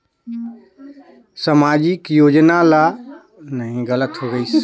समाजिक योजना कोन लोग मन ले सकथे?